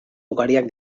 ugariak